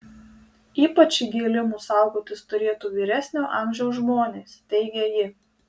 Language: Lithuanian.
ypač įgėlimų saugotis turėtų vyresnio amžiaus žmonės teigia ji